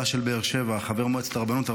חבר הכנסת יונתן